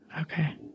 okay